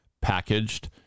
packaged